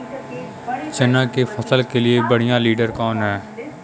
चना के फसल के लिए बढ़ियां विडर कवन ह?